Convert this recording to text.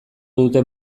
duten